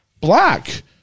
Black